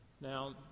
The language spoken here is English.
Now